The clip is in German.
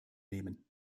nehmen